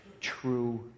true